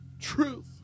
Truth